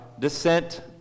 Descent